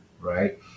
right